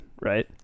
right